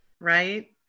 right